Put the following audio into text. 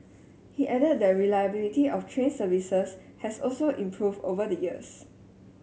he added that reliability of train services has also improved over the years